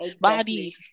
body